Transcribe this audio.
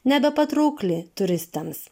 nebepatraukli turistams